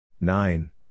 Nine